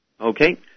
Okay